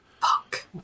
Fuck